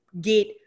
get